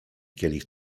kielich